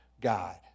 God